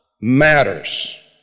matters